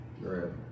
Right